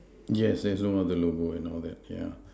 yes there's no other logo and all that yeah